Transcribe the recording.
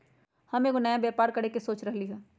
हम एगो नया व्यापर करके सोच रहलि ह